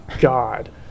God